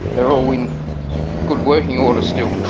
they're all in good working order still,